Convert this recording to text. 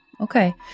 Okay